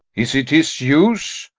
is it his use?